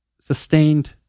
sustained